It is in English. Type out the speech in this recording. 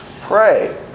Pray